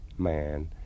man